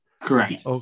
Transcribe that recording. Correct